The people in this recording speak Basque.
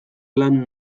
lan